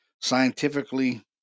scientifically